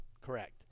Correct